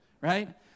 right